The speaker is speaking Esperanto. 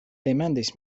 demandis